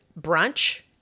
brunch